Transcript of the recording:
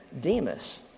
Demas